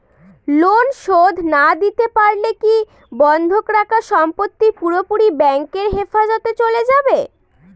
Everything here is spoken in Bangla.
লোন শোধ না দিতে পারলে কি বন্ধক রাখা সম্পত্তি পুরোপুরি ব্যাংকের হেফাজতে চলে যাবে?